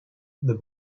the